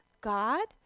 god